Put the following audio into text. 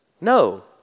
No